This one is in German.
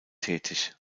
tätig